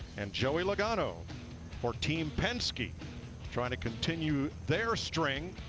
and joey lugano for team penske trying to continue their strength,